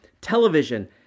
television